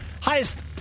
Highest